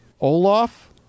Olaf